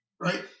Right